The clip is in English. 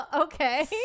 okay